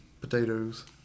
potatoes